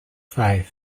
five